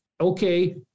okay